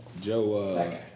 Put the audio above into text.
Joe